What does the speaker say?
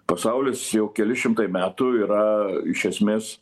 pasaulis jau keli šimtai metų yra iš esmės